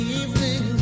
evening